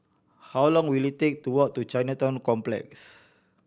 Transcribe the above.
how long will it take to walk to Chinatown Complex